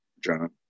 John